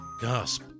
Gasp